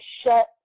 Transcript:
shut